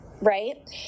right